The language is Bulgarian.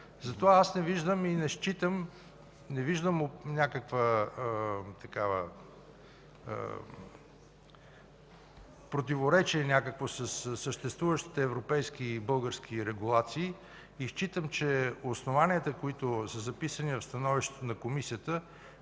Затова аз не виждам някакво противоречие със съществуващите европейски и български регулации. Считам, че основанията, които са записани в становището на Комисията,